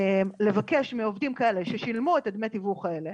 לבקש מעובדים כאלה ששילמו את דמי התיווך האלה,